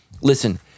listen